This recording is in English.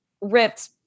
ripped